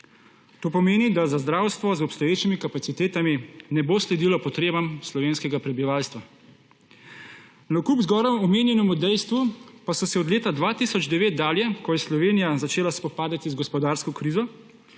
To pomeni, da zdravstvo z obstoječimi kapacitetami ne bo sledilo potrebam slovenskega prebivalstva. Navkljub zgoraj omenjenemu dejstvu pa so se od leta 2009 dalje, ko se je Slovenija začela spopadati z gospodarsko krizo,